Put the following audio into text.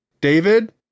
David